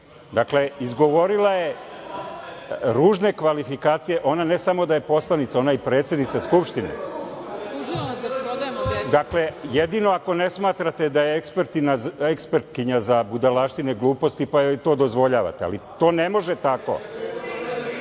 Poslovnik. Izgovorila je ružne kvalifikacije. Ona ne samo da je poslanica, ona je i predsednica Skupštine. Jedino ako ne smatrate da je ekspertkinja za budalaštine i gluposti, pa joj to dozvoljavate, ali to ne može tako.